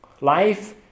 Life